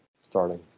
starting